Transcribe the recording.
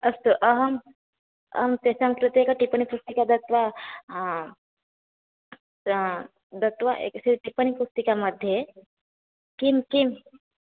अस्तु अहं अहं तेषांं कृते एव टिप्पणी पुस्तिका दत्वा आ दत्वा एकस्य टिप्पणी पुस्तिका मध्ये किं किं